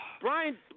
Brian